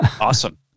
Awesome